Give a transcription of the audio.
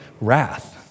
wrath